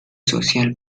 social